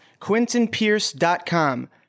QuintonPierce.com